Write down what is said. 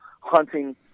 hunting